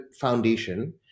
foundation